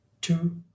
two